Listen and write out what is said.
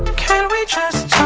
can we just